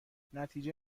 نتیجه